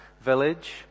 village